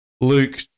Luke